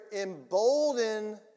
embolden